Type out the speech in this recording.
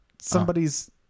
somebody's